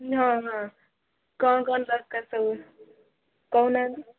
ହଁ ହଁ କ'ଣ କ'ଣ ଦରକାର୍ ସବୁ କହୁନାହାନ୍ତି